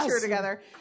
together